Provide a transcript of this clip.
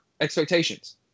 expectations